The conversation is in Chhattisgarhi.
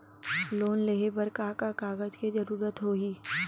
लोन लेहे बर का का कागज के जरूरत होही?